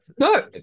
No